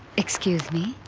excuse me!